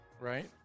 Right